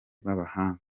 b’abahanga